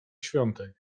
świątek